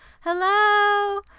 Hello